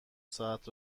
ساعت